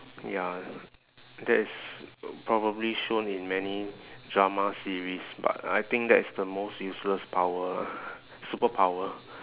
ya that is probably shown in many drama series but I think that's the most useless power lah superpower